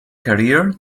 career